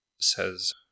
says